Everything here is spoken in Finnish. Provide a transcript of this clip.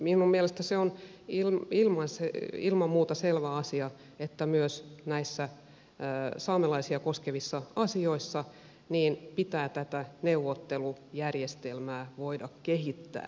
minun mielestäni on ilman muuta selvä asia että myös näissä saamelaisia koskevissa asioissa pitää tätä neuvottelujärjestelmää voida kehittää